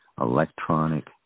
electronic